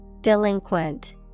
Delinquent